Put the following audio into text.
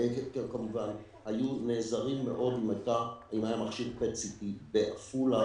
היו נעזרים מאוד במכשיר PET-CT בעפולה,